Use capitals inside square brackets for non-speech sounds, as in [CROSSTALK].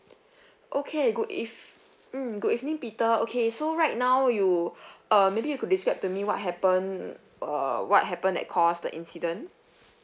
[BREATH] okay good ev~ mm good evening peter okay so right now you [BREATH] err maybe you could describe to me what happen uh what happen that cause the incident